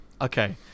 Okay